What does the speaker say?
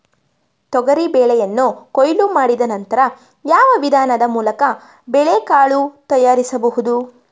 ತೊಗರಿ ಬೇಳೆಯನ್ನು ಕೊಯ್ಲು ಮಾಡಿದ ನಂತರ ಯಾವ ವಿಧಾನದ ಮೂಲಕ ಬೇಳೆಕಾಳು ತಯಾರಿಸಬಹುದು?